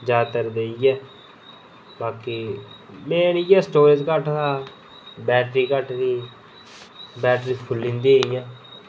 ते जादैतर इ'यै बाकी मेन इ'यै स्टोरेज घट्ट था बैटरी घट्ट थी बैटरी फुल्ली जंदी ही इं'या